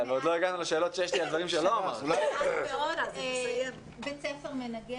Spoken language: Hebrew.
בית ספר מנגן